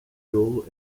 goal